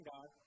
God